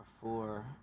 four